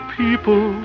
people